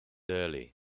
early